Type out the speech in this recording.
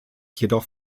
jedoch